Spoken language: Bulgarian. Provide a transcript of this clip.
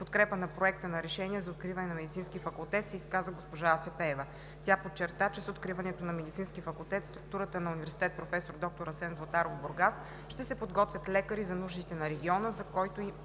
подкрепа на Проекта на решение за откриване на Медицински факултет се изказа госпожа Ася Пеева. Тя подчерта, че с откриването на Медицински факултет в структурата на Университет „Проф. д-р Асен Златаров“ – Бургас, ще се подготвят лекари за нуждите на региона, за който